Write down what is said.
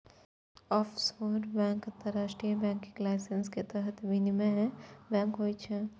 offshore bank अंतरराष्ट्रीय banking licence के तहत विनियमित बैंक होइ छै